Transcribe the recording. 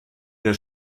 der